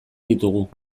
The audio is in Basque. ditugu